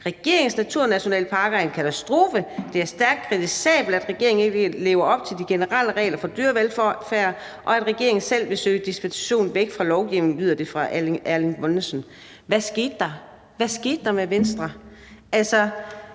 -Regeringens naturnationalparker er en katastrofe. Det er stærkt kritisabelt, at regeringen ikke lever op til de generelle regler for dyrevelfærd, og at regeringen selv vil søge dispensation væk fra lovgivningen, lyder det fra Erling Bonnesen ...« Hvad skete der med Venstre?